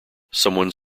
someone